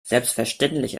selbstverständlich